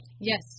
Yes